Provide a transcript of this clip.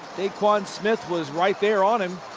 daquon smith was right there on him.